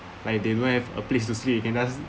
like they don't have a place to sleep they can just